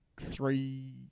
three